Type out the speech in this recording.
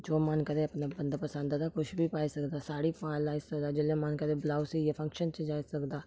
जो मन करै अपने बंदा पसंद दा कुछ बी पाई सकदा साड़ी फाल लाई सकदा जेल्लै मन करै ब्लौज सीऐ फंक्शन च जाई सकदा